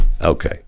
Okay